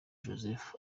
joseph